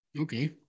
Okay